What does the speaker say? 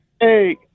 Hey